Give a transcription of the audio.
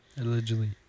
Allegedly